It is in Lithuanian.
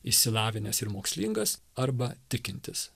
išsilavinęs ir mokslingas arba tikintis